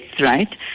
right